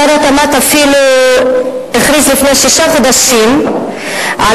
שר התמ"ת אפילו הכריז לפני שישה חודשים על